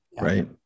right